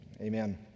Amen